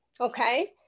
Okay